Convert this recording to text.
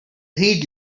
heat